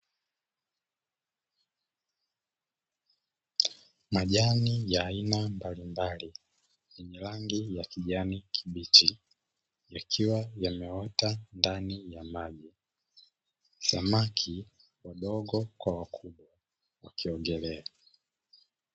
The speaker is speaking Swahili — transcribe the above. Majani ya aina mbalimbali ya rangi ya kijani kibichi, yakiwa yameota ndani ya maji. Samaki wadogo kwa wakubwa wakiogelea.